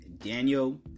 daniel